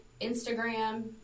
Instagram